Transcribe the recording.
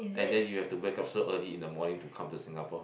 and then you have to wake up so early in the morning to come to Singapore